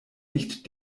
nicht